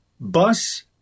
bus